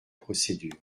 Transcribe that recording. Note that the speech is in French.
procédure